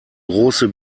große